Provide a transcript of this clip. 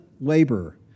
labor